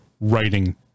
writing